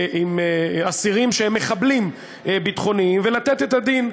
עם אסירים שהם מחבלים ביטחוניים, ולתת את הדין,